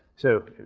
so